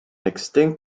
extinct